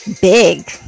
big